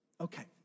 Okay